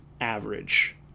average